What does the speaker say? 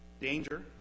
danger